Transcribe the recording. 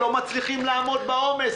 לא מצליחים לעמוד בעומס.